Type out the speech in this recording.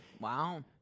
Wow